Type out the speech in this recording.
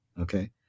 Okay